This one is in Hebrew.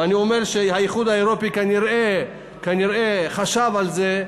ואני אומר שהאיחוד האירופי כנראה חשב על זה,